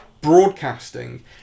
broadcasting